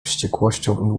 wściekłością